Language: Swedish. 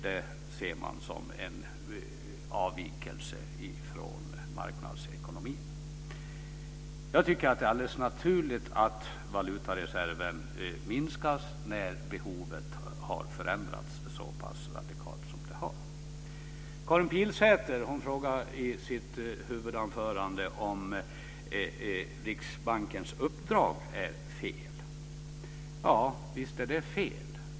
Det ser man som en avvikelse från marknadsekonomin. Jag tycker att det är alldeles naturligt att valutareserven minskas när behovet har förändrats så pass radikalt som det har. Karin Pilsäter frågar i sitt huvudanförande om Riksbankens uppdrag är fel. Visst är det fel.